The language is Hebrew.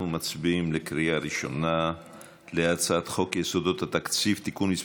אנחנו מצביעים על הצעת חוק יסודות התקציב (תיקון מס'